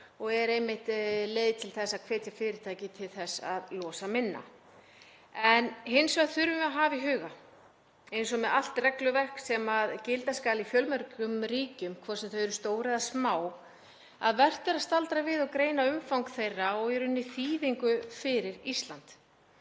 og er það leið til að hvetja fyrirtæki til að losa minna. Hins vegar þurfum við að hafa í huga, eins og með allt regluverk sem gilda skal í fjölmörgum ríkjum, hvort sem þau eru stór eða smá, að vert er að staldra við og greina umfang þess og í rauninni þýðingu fyrir Ísland.